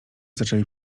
zaczęli